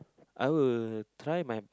I will try my